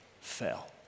fell